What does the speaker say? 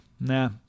Nah